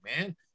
man